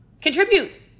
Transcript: contribute